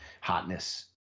hotness